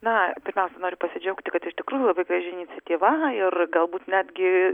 na pirmiausia noriu pasidžiaugti kad iš tikrųjų labai graži iniciatyva ir galbūt netgi